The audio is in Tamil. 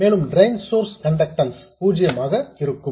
மேலும் டிரெயின் சோர்ஸ் கண்டக்டன்ஸ் பூஜ்ஜியமாக இருக்கும்